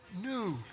New